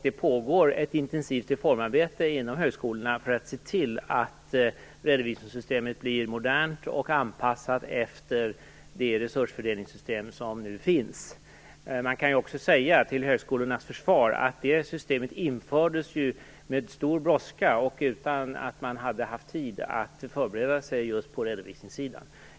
Det pågår ett intensivt reformarbete inom högskolorna för att se till att redovisningssystemet blir modernt och anpassat efter de resursfördelningssystem som nu finns. Till högskolornas försvar kan man säga att systemet infördes med stor brådska utan att man hade haft tid att förbereda sig på redovisningssidan.